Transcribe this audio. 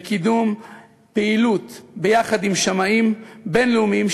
לקידום פעילות יחד עם שמאים בין-לאומיים,